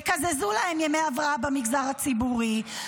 יקזזו להם ימי הבראה במגזר הציבורי,